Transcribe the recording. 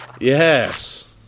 Yes